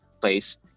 place